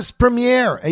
premiere